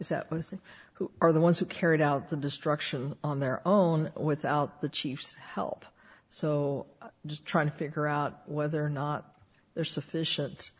is that was who are the ones who carried out the destruction on their own without the chief's help so just trying to figure out whether or not there's sufficient